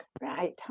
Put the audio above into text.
Right